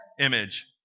image